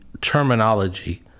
terminology